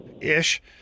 ish